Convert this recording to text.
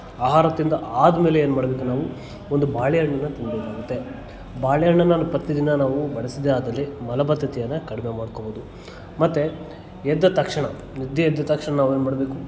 ಆಹಾರ ತಿಂದು ಆದಮೇಲೆ ಏನು ಮಾಡ್ಬೇಕು ನಾವು ಒಂದು ಬಾಳೆ ಹಣ್ಣನ್ನು ತಿನ್ಬೇಕಂತೆ ಬಾಳೆ ಹಣ್ಣನ್ನು ನಾವು ಪ್ರತೀ ದಿನ ನಾವು ಬಳಸಿದ್ದೇ ಆದಲ್ಲಿ ಮಲಬದ್ದತೆಯನ್ನು ಕಡಿಮೆ ಮಾಡ್ಕೋಬೋದು ಮತ್ತು ಎದ್ದ ತಕ್ಷಣ ನಿದ್ದೆ ಎದ್ದ ತಕ್ಷಣ ನಾವು ಏನು ಮಾಡಬೇಕು